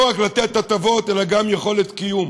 לא רק לתת הטבות, אלא גם יכולת קיום.